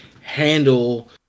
handle